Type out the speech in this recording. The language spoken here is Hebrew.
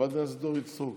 חברת הכנסת אורית סטרוק.